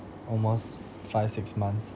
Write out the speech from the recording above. almost five six months